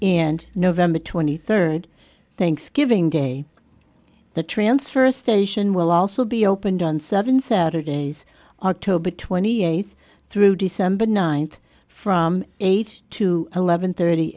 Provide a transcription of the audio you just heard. and november twenty third thanksgiving day the transfer station will also be opened on seven saturdays october twenty eighth through december ninth from eight to eleven thirty